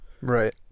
right